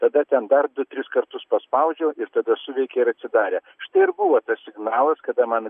tada ten dar du tris kartus paspaudžiau ir tada suveikė ir atsidarė štai ir buvo tas signalas kada man